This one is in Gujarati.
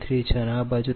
69